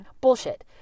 Bullshit